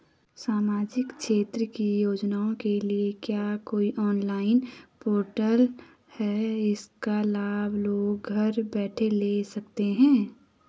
सामाजिक क्षेत्र की योजनाओं के लिए क्या कोई ऑनलाइन पोर्टल है इसका लाभ लोग घर बैठे ले सकते हैं?